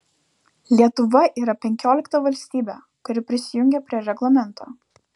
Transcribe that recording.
lietuva yra penkiolikta valstybė kuri prisijungia prie reglamento